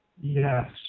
Yes